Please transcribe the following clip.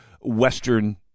Western